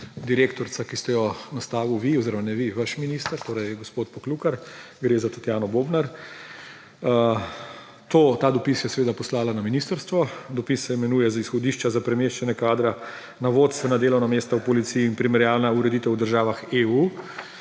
direktorica, ki ste jo nastavili vi oziroma ne vi, vaš minister, torej gospod Poklukar, gre za Tatjano Bobnar. Ta dopis je poslala na ministrstvo. Dopis se imenuje Izhodišča za premeščanje kadra na vodstvena delovna mesta v policiji in primerjalna ureditev v državah EU.